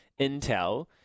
intel